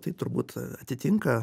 tai turbūt atitinka